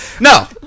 No